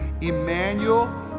Emmanuel